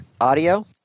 Audio